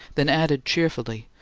then added, cheerfully,